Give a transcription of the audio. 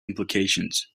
implications